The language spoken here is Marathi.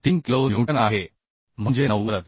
3 किलो न्यूटन आहे म्हणजे 90